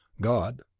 God